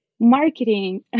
marketing